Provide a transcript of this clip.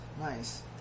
nice